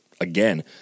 again